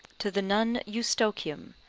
to the nun eustochium,